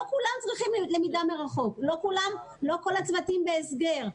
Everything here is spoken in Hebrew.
לא כולם צריכים למידה מרחוק, לא כל הצוותים בהסגר.